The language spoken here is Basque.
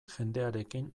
jendearekin